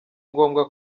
ngombwa